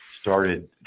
started